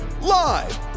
Live